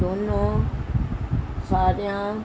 ਦੋਨੋਂ ਸਾਰੀਆਂ